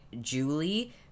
Julie